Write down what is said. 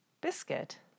biscuit